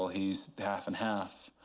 he's half and half.